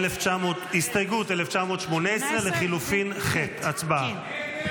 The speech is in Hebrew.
הסתייגות 1918 לחלופין ח' הצבעה.